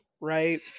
right